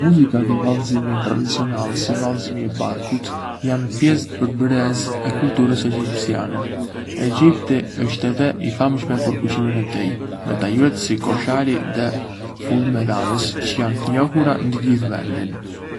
Muzika dhe vallëzimi tradicional, si vallëzimi i barkut, janë pjesë përbërëse e kulturës egjiptiane. Egjipti është edhé i famshëm për kuzhinën e tij, me tajuret si koshari dhe ful medames çë janë të njohura në të gjithë vendin.